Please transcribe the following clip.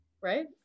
right